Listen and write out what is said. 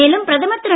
மேலும் பிரதமர் திரு